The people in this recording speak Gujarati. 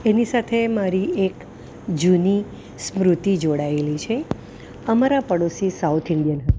એની સાથે મારી એક જૂની સ્મૃતિ જોડાયેલી છે અમારા પડોસી સાઉથ ઇંડિયન હતા